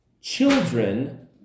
children